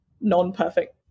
non-perfect